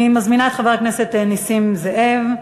אני מזמינה את חבר הכנסת נסים זאב,